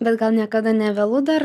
bet gal niekada nevėlu dar